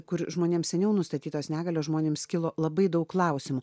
kur žmonėms seniau nustatytos negalios žmonėms kilo labai daug klausimų